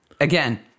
again